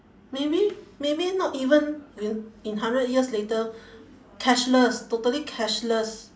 maybe maybe not even in in hundred years later cashless totally cashless